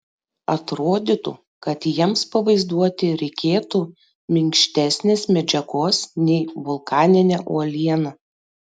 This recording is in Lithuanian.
atrodytų kad jiems pavaizduoti reikėtų minkštesnės medžiagos nei vulkaninė uoliena